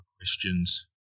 questions